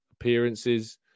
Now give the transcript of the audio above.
appearances